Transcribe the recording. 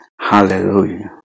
Hallelujah